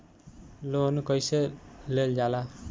Loan कईसे लेल जाला?